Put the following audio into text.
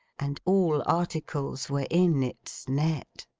and all articles were in its net.